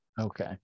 Okay